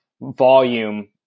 volume